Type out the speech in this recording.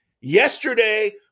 yesterday